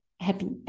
happy